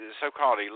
so-called